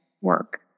work